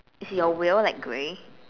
is your wheel like grey